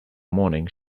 morning